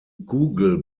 google